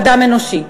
הוא אדם אנושי,